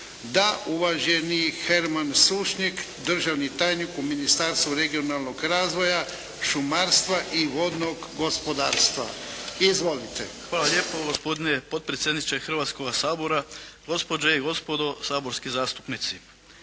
Da. Uvaženi Herman Sušnik, državni tajnik u Ministarstvu regionalnog razvoja, šumarstva i vodnog gospodarstva. Izvolite. **Sušnik, Herman** Hvala lijepo gospodine potpredsjedniče Hrvatskog sabora, gospođe i gospodo saborski zastupnici.